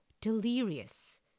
delirious